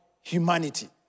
humanity